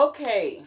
Okay